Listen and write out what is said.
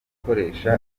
gukoresha